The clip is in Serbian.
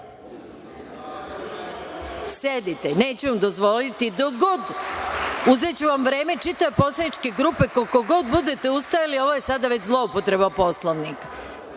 Sedite. Neću vam dozvoliti. Uzeću vam vreme čitave poslaničke grupe, koliko god budete ustajali. Ovo je sada već zloupotreba Poslovnika.